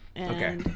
Okay